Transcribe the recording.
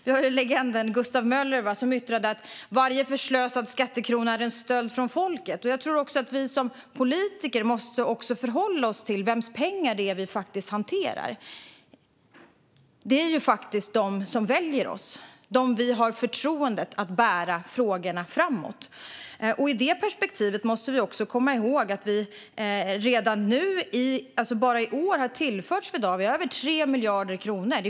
Vi har ju legenden Gustav Möller, som yttrade att "varje förslösad skattekrona är en stöld från folket". Det är ju de som väljer oss och ger oss förtroendet att bära frågorna framåt. I det perspektivet måste vi också komma ihåg att vi bara i år har tillfört Swedavia över 3 miljarder kronor.